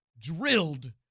drilled